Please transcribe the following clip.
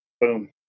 Boom